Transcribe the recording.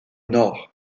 nord